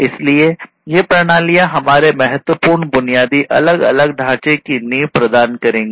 इसलिए ये प्रणालियां हमारे महत्वपूर्ण बुनियादी अलग अलग ढांचे की नींव प्रदान करेंगी